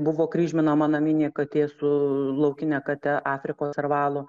buvo kryžminama naminė katė su laukine kate afrikos servalu